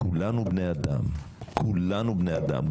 כולנו בני אדם, כולנו בני אדם.